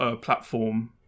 platform